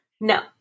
No